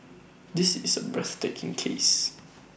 this is A breathtaking case